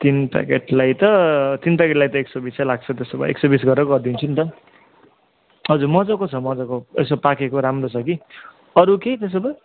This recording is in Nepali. तिन प्याकेटलाई त तिन प्याकेटलाई त एक सौ बिसै लाग्छ त्यसो भए एक सौ बिस गरेर गरिदिन्छु नि त हजुर मजाको छ मजाको यसो पाकेको राम्रो छ कि अरू केही त्यसो भए